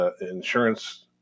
insurance